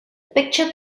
picture